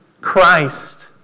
Christ